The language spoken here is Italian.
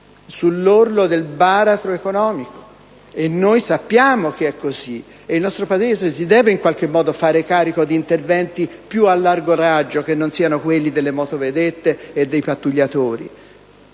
sull'orlo del baratro economico: noi sappiamo che è così. Il nostro Paese deve in qualche modo farsi carico di interventi più a largo raggio, che non siano quelli delle motovedette e dei pattugliatori.